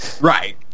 Right